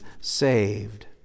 saved